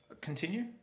Continue